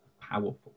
powerful